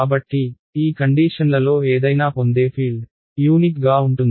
కాబట్టి ఈ కండీషన్లలో ఏదైనా పొందే ఫీల్డ్ యూనిక్ గా ఉంటుంది